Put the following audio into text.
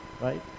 Right